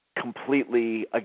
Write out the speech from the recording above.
completely